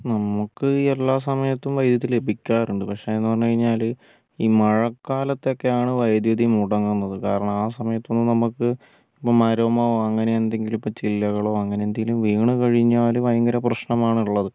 നമുക്ക് എല്ലാം സമയത്തും വൈദ്യുതി ലഭിക്കാറുണ്ട് പക്ഷേന്ന് പറഞ്ഞു കഴിഞ്ഞാൽ ഈ മഴക്കാലത്തൊക്കെയാണ് വൈദ്യുതി മുടങ്ങുന്നത് കാരണം ആ സമയത്താണ് നമുക്ക് മരമോ അങ്ങനെയെന്തെങ്കിലും ഇപ്പം ചില്ലകളോ അങ്ങനെന്തെങ്കിലും വീണ് കഴിഞ്ഞാൽ ഭയങ്കര പ്രശ്നമാണ്ള്ളത്